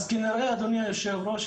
אז כנראה אדוני יושב הראש,